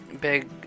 big